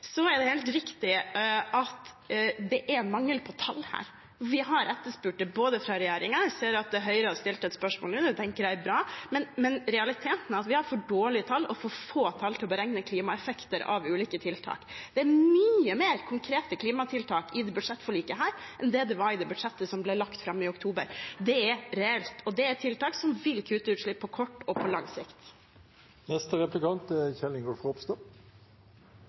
Så er det helt riktig at det er mangel på tall her. Vi har etterspurt det fra regjeringen. Jeg ser at Høyre har stilt et spørsmål nå. Det tenker jeg er bra, men realiteten er at vi har for dårlige tall og for få tall til å beregne klimaeffekter av ulike tiltak. Det er mange flere konkrete klimatiltak i dette budsjettforliket enn det var i det budsjettforslaget som ble lagt fram i oktober. Det er reelt, og det er tiltak som vil kutte utslipp på kort og på lang sikt. Selv om jeg er